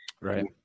Right